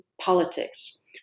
politics